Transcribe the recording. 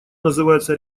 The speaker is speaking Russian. называется